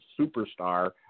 superstar